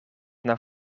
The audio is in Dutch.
naar